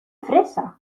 fresa